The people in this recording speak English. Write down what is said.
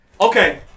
okay